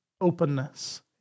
openness